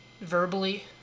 verbally